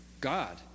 God